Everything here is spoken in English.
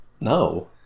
no